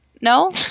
no